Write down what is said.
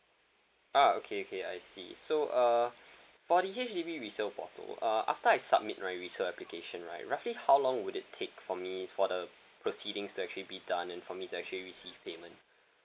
ah okay okay I see so uh for the H_D_B resale portal uh after I submit my resale application right roughly how long would it take for me for the proceedings to actually be done and for me to actually receive payment